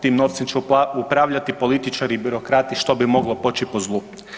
Ti novci će upravljati političari, birokrati što bi moglo poći po zlu.